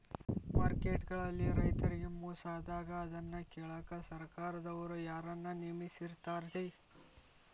Market ಗಳಲ್ಲಿ ರೈತರಿಗೆ ಮೋಸ ಆದಾಗ ಅದನ್ನ ಕೇಳಾಕ್ ಸರಕಾರದವರು ಯಾರನ್ನಾ ನೇಮಿಸಿರ್ತಾರಿ?